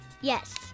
Yes